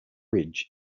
ridge